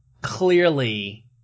clearly